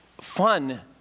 fun